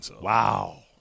Wow